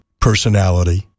personality